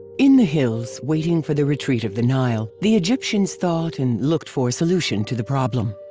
in the hills, waiting for the retreat of the nile, the egyptians thought and looked for a solution to the problem.